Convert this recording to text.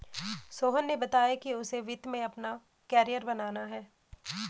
सोहन ने बताया कि उसे वित्त में अपना कैरियर बनाना है